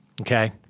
Okay